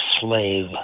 slave